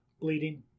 bleeding